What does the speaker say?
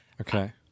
Okay